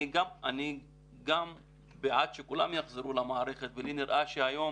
אני גם בעד שכולם יחזרו למערכת ולי נראה שהיום